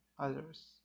Others